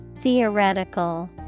Theoretical